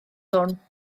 hwn